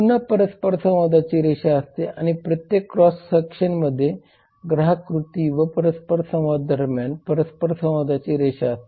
पुन्हा परस्परसंवादाची रेषा असते आणि प्रत्येक क्रॉस सेक्शनमध्ये ग्राहक कृती व परस्परसंवाद दरम्यान परस्परसंवादाची रेषा असते